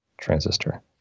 transistor